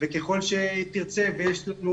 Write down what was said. וככל שתרצה ויש לנו